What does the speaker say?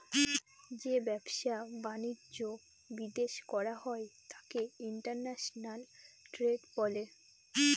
যে ব্যবসা বাণিজ্য বিদেশ করা হয় তাকে ইন্টারন্যাশনাল ট্রেড বলে